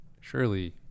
surely